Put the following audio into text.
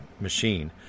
machine